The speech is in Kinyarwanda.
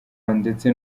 ndetse